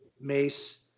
mace